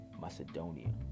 Macedonia